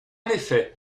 effet